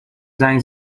زنگ